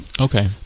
Okay